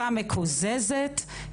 אני חושבת שזה עוול שחייבים כבר לתקן אותו.